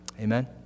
Amen